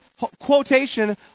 quotation